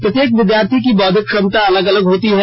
प्रत्येक विद्यार्थी की बौद्धिक क्षमता अलग अलग होती है